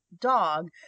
dog